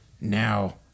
now